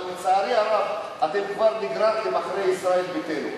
אבל לצערי הרב, אתם כבר נגררתם אחרי ישראל ביתנו.